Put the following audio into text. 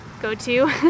go-to